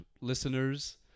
listeners